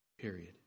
Period